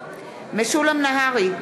משולם נהרי,